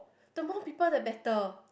the more people the better